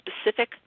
specific